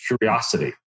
curiosity